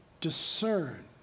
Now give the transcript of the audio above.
discern